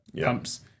pumps